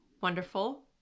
wonderful